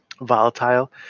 volatile